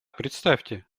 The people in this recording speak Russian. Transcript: представьте